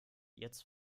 jetzt